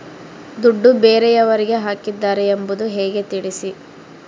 ದುಡ್ಡು ಬೇರೆಯವರಿಗೆ ಹಾಕಿದ್ದಾರೆ ಎಂಬುದು ಹೇಗೆ ತಿಳಿಸಿ?